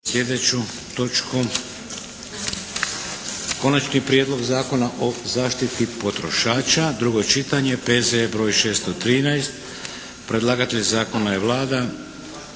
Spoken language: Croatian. slijedeću točku. - Konačni prijedlog Zakona o zaštiti potrošača, drugo čitanje P.Z.E. br. 613; Predlagatelj zakona je Vlada.